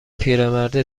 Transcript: پیرمرده